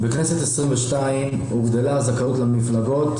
בכנסת העשרים ושתיים הוגדלה הזכאות למפלגות,